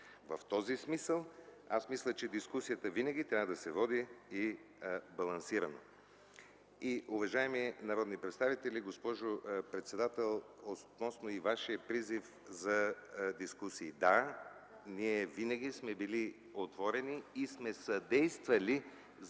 В този смисъл, аз мисля че дискусията винаги трябва да се води балансирано. Уважаеми народни представители, господин председател, относно вашия призив за дискусии – да, ние винаги сме били отворени и сме съдействали за